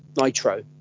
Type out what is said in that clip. Nitro